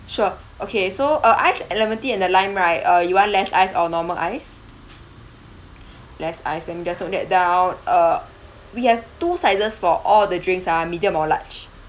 sure okay so uh ice lemon tea and the lime right uh you want less ice or normal ice less ice let me just note that down uh we have two sizes for all the drinks ah medium or large